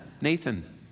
Nathan